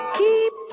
keep